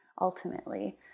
ultimately